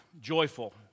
joyful